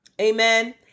Amen